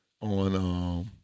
on, –